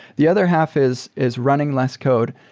the other half is is running less code.